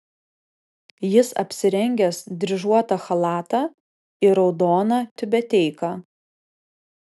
jis apsirengęs dryžuotą chalatą ir raudoną tiubeteiką